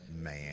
Man